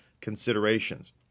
considerations